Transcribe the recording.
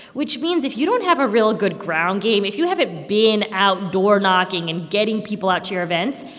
which means if you don't have a real good ground game. if you haven't been out doorknocking and getting people out to your events,